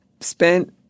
spent